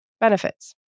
benefits